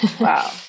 wow